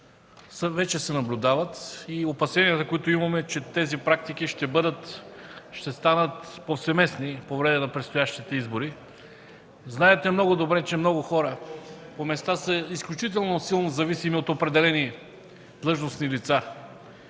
вече се наблюдават и опасенията ни, че тези практики ще станат повсеместни по време на предстоящите избори. Много добре знаете, че много хора по места са изключително силно зависими от определени длъжностни лица